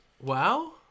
wow